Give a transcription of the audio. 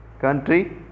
country